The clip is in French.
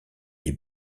des